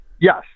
yes